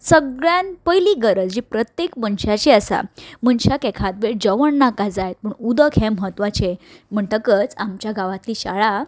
सगल्यान पयली गरज जी प्रत्येक मनशाची आसा मनशाक एखाद वेळ जेवण नाका जायत पूण उदक हें म्हत्वाचें म्हणटकच आमच्या गांवांतली शाळा